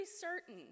certain